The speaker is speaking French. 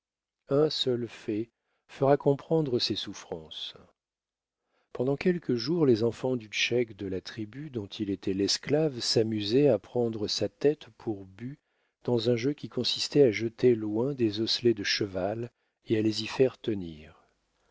un seul fait fera comprendre ses souffrances pendant quelques jours les enfants du scheik de la tribu dont il était l'esclave s'amusèrent à prendre sa tête pour but dans un jeu qui consistait à jeter d'assez loin des osselets de cheval et à les y faire tenir